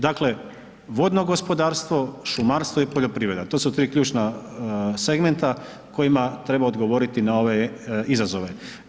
Dakle, vodno gospodarstvo, šumarstvo i poljoprivreda, to su tri ključna segmenta kojima treba odgovoriti na ove izazove.